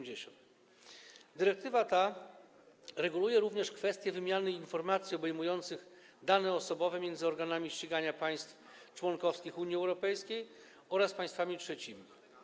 Dyrektywa ta reguluje również kwestie wymiany informacji obejmujących dane osobowe między organami ścigania państw członkowskich Unii Europejskiej oraz państwami trzecimi.